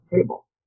table